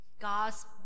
God's